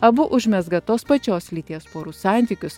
abu užmezga tos pačios lyties porų santykius